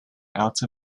out